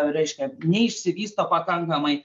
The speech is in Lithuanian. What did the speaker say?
reiškia neišsivysto pakankamai